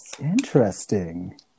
Interesting